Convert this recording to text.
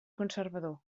conservador